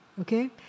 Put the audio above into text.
Okay